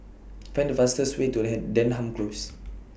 Find The fastest Way to Ham Denham Close